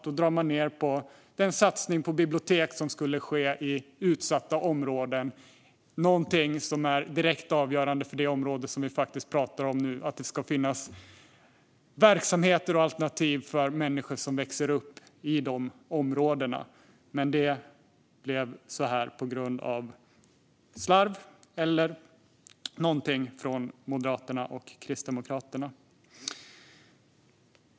Då drar man ned på den satsning på biliotek som skulle ske i utsatta områden. Det är någonting som är direkt avgörande för det område som vi nu talar om. Det ska finnas verksamheter och alternativ för människor som växer upp i de områdena. Det blev så här på grund av slarv eller någonting annat från Moderaterna och Kristdemokraterna.